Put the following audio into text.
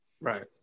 Right